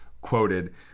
quoted